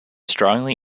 strongly